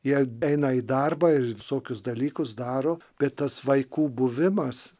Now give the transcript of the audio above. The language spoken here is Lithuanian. jie eina į darbą ir visokius dalykus daro bet tas vaikų buvimas